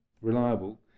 reliable